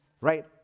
right